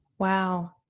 Wow